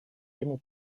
ему